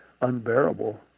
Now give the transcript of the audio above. unbearable